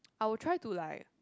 I'll try to like